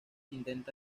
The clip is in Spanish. intenta